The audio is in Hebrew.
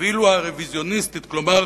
אפילו הרוויזיוניסטית, כלומר